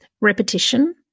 repetition